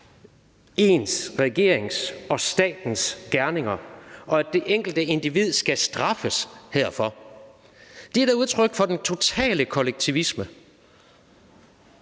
dets regerings og stats gerninger, og at det enkelte individ skal straffes herfor. Det er da udtryk for den totale kollektivisme.